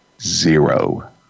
zero